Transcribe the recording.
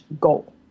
goal